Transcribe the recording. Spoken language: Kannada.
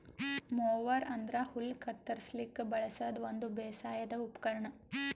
ಮೊವರ್ ಅಂದ್ರ ಹುಲ್ಲ್ ಕತ್ತರಸ್ಲಿಕ್ ಬಳಸದ್ ಒಂದ್ ಬೇಸಾಯದ್ ಉಪಕರ್ಣ್